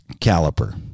caliper